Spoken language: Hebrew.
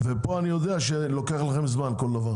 ואני יודע שכל דבר לוקח לכם זמן.